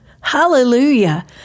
Hallelujah